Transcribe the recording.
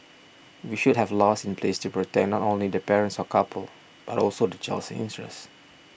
we should have laws in place to protect not only the parents or couple but also the child's interest